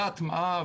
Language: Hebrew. והטמעה